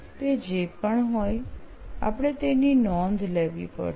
તે જે પણ હોય આપણે તેની નોંધ લેવી પડશે